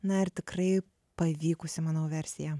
na ir tikrai pavykusi manau versija